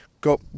go